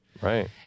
Right